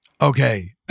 Okay